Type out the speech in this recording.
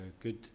good